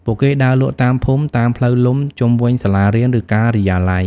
ពួកគេដើរលក់តាមភូមិ តាមផ្លូវលំ ជុំវិញសាលារៀន ឬការិយាល័យ។